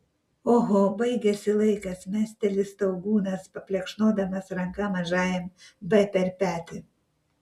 oho baigėsi laikas mesteli staugūnas paplekšnodamas ranka mažajam b per petį